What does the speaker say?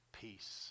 Peace